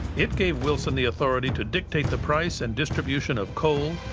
it gave wilson the authority to dictate the price and distribution of coal,